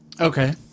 Okay